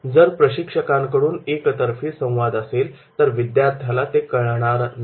जर प्रशिक्षकांकडून एकतर्फी संवाद असेल तर विद्यार्थ्याला ते कळणार नाही